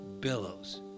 billows